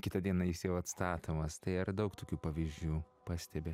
kitą dieną jis jau atstatomas tai ar daug tokių pavyzdžių pastebi